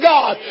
God